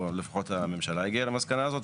או לפחות הממשלה הגיעה למסקנה הזאת,